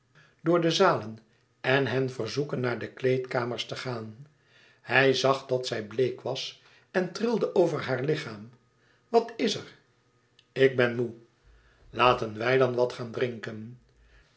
door de zalen en hen verzoeken naar de kleedkamers te gaan hij zag dat zij bleek was en trilde over haar lichaam wat is er ik ben moê laten wij dan wat gaan drinken